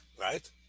Right